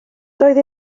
doedd